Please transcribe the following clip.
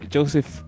Joseph